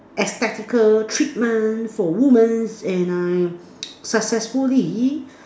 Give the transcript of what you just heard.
aesthetical treatment for women and I successfully